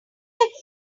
like